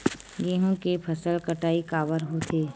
गेहूं के फसल कटाई काबर होथे?